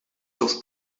seus